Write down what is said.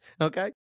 okay